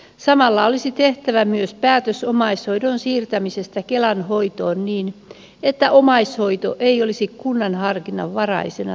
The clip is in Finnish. samalla olisi tehtävä myös päätös omaishoidon siirtämisestä kelan hoitoon niin että omaishoito ei olisi kunnan harkinnanvaraisena toimintona